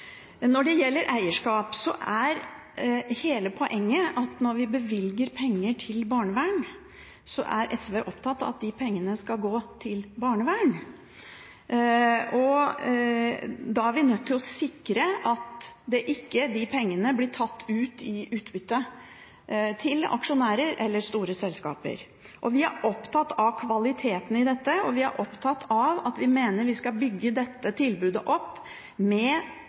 Når det gjelder eierskap: Hele poenget er at når vi bevilger penger til barnevern, så er SV opptatt av at de pengene skal gå til barnevern, og da er vi nødt til å sikre at de pengene ikke blir tatt ut i utbytte til aksjonærer eller til store selskaper. Vi er opptatt av kvaliteten i dette, og vi mener at vi skal bygge opp dette tilbudet med